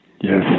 Yes